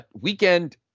weekend